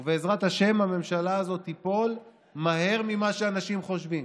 ובעזרת השם הממשלה הזאת תיפול מהר ממה שאנשים חושבים,